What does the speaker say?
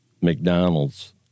McDonald's